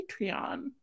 patreon